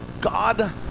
God